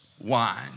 wine